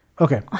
Okay